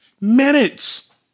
minutes